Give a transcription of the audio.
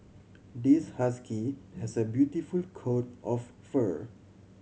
this husky has a beautiful coat of fur